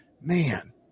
man